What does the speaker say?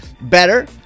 better